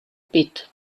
pit